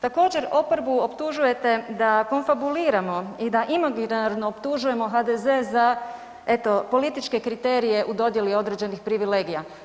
Također oporbu optužujete da konfabuliramo i da imaginarno optužujemo HDZ za eto političke kriterije u dodjeli određenih privilegija.